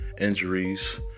injuries